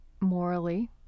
morally